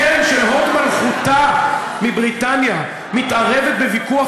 הקרן של הוד מלכותה מבריטניה מתערבת בוויכוח